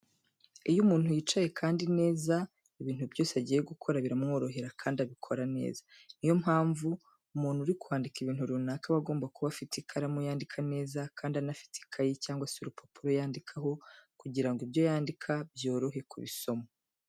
Iyo umuntu yicaye kandi neza, ibintu byose agiye gukora biramworohera kandi abikora neza. Niyo mpamvu, umuntu uri kwandika ibintu runaka aba agomba kuba afite ikaramu yandika neza kandi anafite ikayi cyangwa se urupapuro yandikaho kugira ngo ibyo yandika byorohe kubisoma.